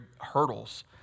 hurdles